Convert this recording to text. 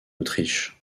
autriche